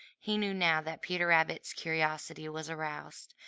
he knew now that peter rabbit's curiosity was aroused,